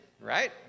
right